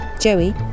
Joey